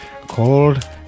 called